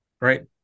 Right